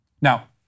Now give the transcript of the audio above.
Now